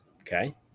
Okay